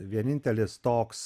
vienintelis toks